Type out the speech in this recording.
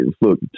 look